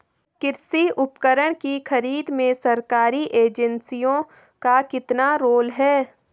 कृषि उपकरण की खरीद में सरकारी एजेंसियों का कितना रोल है?